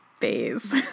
phase